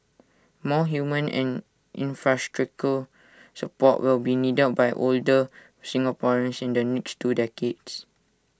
more human and infrastructural support will be needed by older Singaporeans in the next two decades